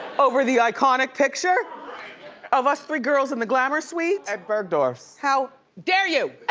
over the iconic picture of us three girls in the glamor suite? at bergdorf's. how dare you.